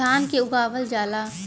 धान के उगावल जाला